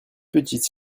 petites